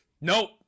nope